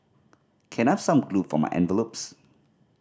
can I have some glue for my envelopes